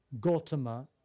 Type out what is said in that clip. Gautama